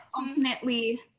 ultimately